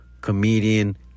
comedian